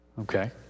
Okay